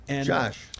Josh